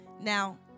Now